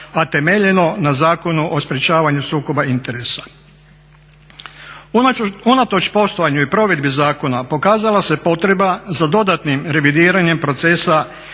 a temeljeno na Zakonu o sprječavanju sukoba interesa. Unatoč postojanju i provedbi zakona pokazala se potreba za dodatnim revidiranjem procesa